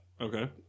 Okay